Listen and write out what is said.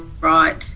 right